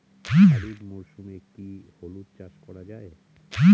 খরিফ মরশুমে কি হলুদ চাস করা য়ায়?